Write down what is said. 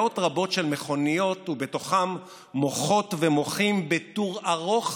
מאות רבות של מכוניות ובתוכם מוחות ומוחים בטור ארוך